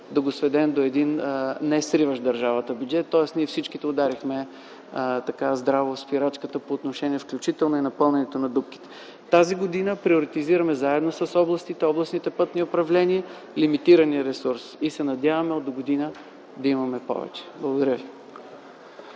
да го сведем до един несриващ държавата бюджет. Тоест ние всичките ударихме здраво спирачката, по отношение включително и на пълненето на дупките. Тази година приоритизираме заедно с областите, областните пътни управления лимитирания ресурс и се надяваме от догодина да имаме повече. Благодаря ви.